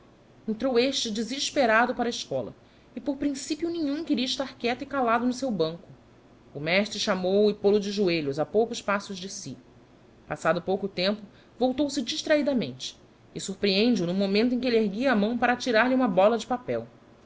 entrou este desesperado para a escola e por principio nenhum queria estar quieto e calado no seu banco o mestre chamou-o e pol o de joelhos a poucos passos de si passado pouco tempo voltou-se distrahidamente e surprende o no momento em que elle erguia a mão para atirar-lhe uma bola de papel